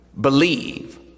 Believe